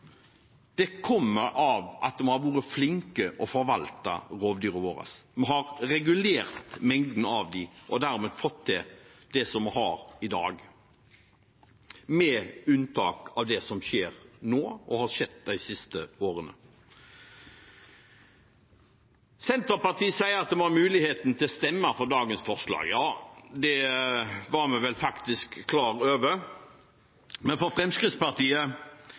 rovdyr, kommer av at vi har vært flinke til å forvalte rovdyrene våre. Vi har regulert mengden av dem og dermed fått til det vi har i dag – med unntak av det som skjer nå, og det som har skjedd de siste årene. Senterpartiet sier at vi har mulighet til å stemme for dagens forslag. Ja, det er vi faktisk klar over, men for Fremskrittspartiet